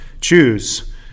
choose